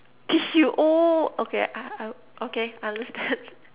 tissue oh okay I I okay I understand